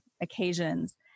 occasions